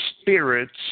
spirits